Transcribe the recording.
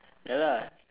ya lah